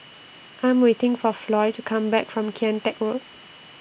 I Am waiting For Floy to Come Back from Kian Teck Road